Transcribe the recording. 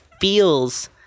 feels